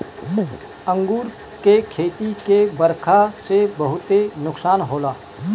अंगूर के खेती के बरखा से बहुते नुकसान होला